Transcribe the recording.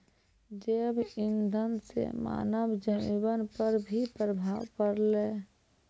जैव इंधन से मानव जीबन पर भी प्रभाव पड़लै